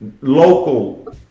local